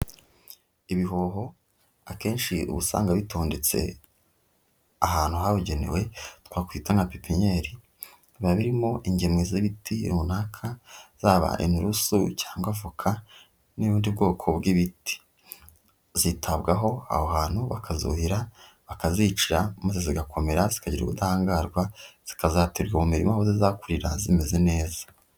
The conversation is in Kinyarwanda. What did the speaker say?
Ibihoho akenshi usanga bitondetse ahantu habugenewe, twakwita nka pipiniyeri, biba birimo ingemwe z'ibiti runaka, zaba inturusu, cyangwa voka, n'ubundi bwoko bw'ibiti, zitabwaho aho hantu bakazuhira, bakazicira, maze zigakomera, zikagira ubudahangarwa, zikazaterwa mu mirima aho zizakurira zimeze neza.